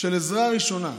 של עזרה ראשונה,